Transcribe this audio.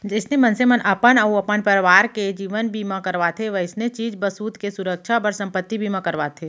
जइसे मनसे मन अपन अउ अपन परवार के जीवन बीमा करवाथें वइसने चीज बसूत के सुरक्छा बर संपत्ति बीमा करवाथें